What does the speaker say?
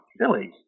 silly